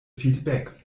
feedback